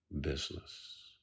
business